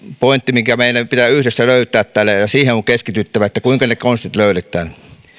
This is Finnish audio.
pointti mikä meidän pitää yhdessä löytää tähän ja on keskityttävä siihen kuinka ne konstit löydetään